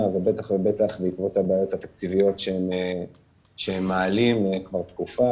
ובטח ובטח בעקבות הבעיות התקציביות שהם מעלים בתקופה.